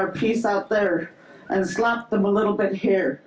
our peace out there and slapped them a little bit here